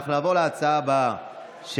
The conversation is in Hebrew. נעבור להצעה הבאה,